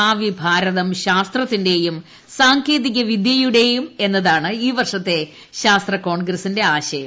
ഭാവിഭാരതം ശാസ്ത്രത്തിന്റെയും സാങ്കേതിക വിദ്യയുടെയും എന്നതാണ് ഈ വർഷത്തെ ശാസ്ത്ര കോൺഗ്രസിന്റെ ആശയം